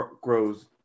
grows